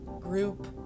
group